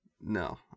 No